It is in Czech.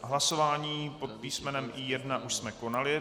Hlasování pod písmenem I1 už jsme konali.